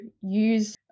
use